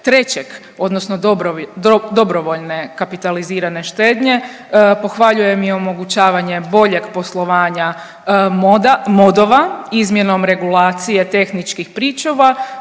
trećeg, odnosno dobrovoljne kapitalizirane štednje. Pohvaljujem i omogućavanje boljeg poslovanja modova izmjenom regulacije tehničkih pričuva